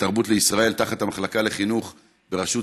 "תרבות לישראל" תחת המחלקה לחינוך בראשות